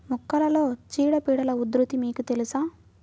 మొక్కలలో చీడపీడల ఉధృతి మీకు తెలుసా?